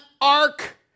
ark